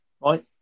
right